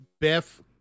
Biff